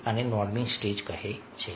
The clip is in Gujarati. તેથી આને નોર્મિંગ સ્ટેજ કહે છે